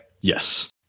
Yes